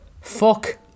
Fuck